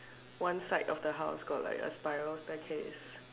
one side of the house got like a spiral staircase